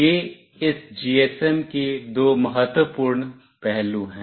ये इस GSM के दो महत्वपूर्ण पहलू हैं